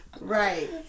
Right